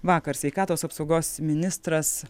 vakar sveikatos apsaugos ministras